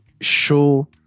show